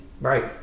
Right